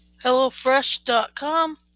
HelloFresh.com